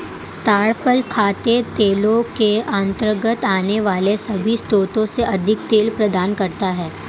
ताड़ फल खाद्य तेलों के अंतर्गत आने वाले सभी स्रोतों से अधिक तेल प्रदान करता है